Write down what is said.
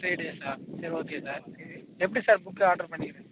சரி சார் சரி okay sir okay எப்படி சார் புக்கு ஆர்ட்ரு பண்ணிக்கிறது